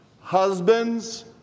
husbands